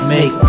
Make